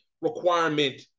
requirement